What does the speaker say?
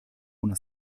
una